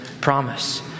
promise